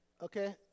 okay